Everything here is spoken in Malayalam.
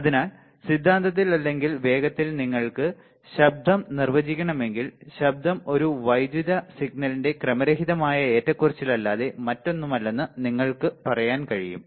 അതിനാൽ സിദ്ധാന്തത്തിൽ അല്ലെങ്കിൽ വേഗത്തിൽ നിങ്ങൾക്ക് ശബ്ദം നിർവചിക്കണമെങ്കിൽ ശബ്ദം ഒരു വൈദ്യുത സിഗ്നലിലെ ക്രമരഹിതമായ ഏറ്റക്കുറച്ചിലല്ലാതെ മറ്റൊന്നുമല്ലെന്ന് നിങ്ങൾക്ക് പറയാൻ കഴിയും